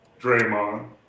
Draymond